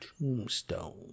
tombstone